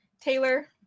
Taylor